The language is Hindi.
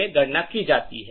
में गणना की जाती है